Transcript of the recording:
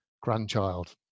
grandchild